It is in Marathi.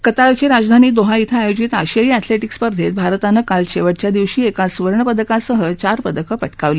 कतारची राजधानी दोहा धे आयोजित आशियाई ऍथलेटीक स्पर्धेत भारतानं काल शेवटच्या दिवशी एका सुवर्णपदकासह चार पदकं पटकावली